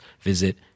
visit